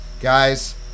Guys